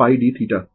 Refer Slide Time 0200